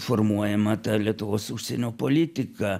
formuojama ta lietuvos užsienio politika